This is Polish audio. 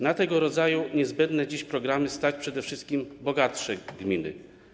Na tego rodzaju niezbędne dziś programy stać przede wszystkim bogatsze gminy.